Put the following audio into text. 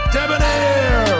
Debonair